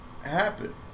happen